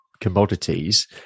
commodities